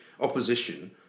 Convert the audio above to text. opposition